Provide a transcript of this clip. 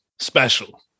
Special